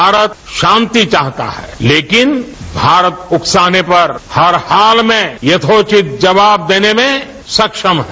भारत शांति चाहता है लेकिन भारत उकसाने पर हर हाल में यथोचित जवाब देने में सक्षम है